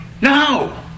No